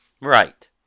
Right